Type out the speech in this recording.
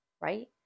right